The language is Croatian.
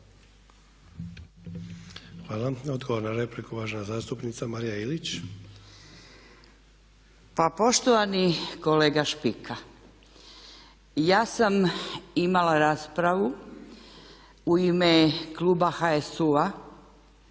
Hvala. Odgovor na repliku, uvažena zastupnica Marija Ilić. **Ilić, Marija (HSU)** Pa poštovani kolega Špika, ja sam imala raspravu u ime kluba HSU-a